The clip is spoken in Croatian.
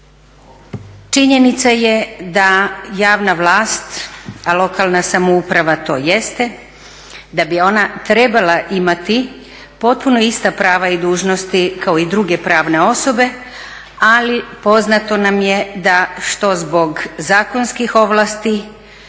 Činjenica je da javna vlast, a lokalna samouprava to jeste da bi ona trebala imati potpuno ista prava i dužnosti kao i druge pravne osobe ali poznato nam je da što zbog zakonskih ovlasti,